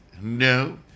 no